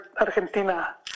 Argentina